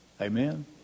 amen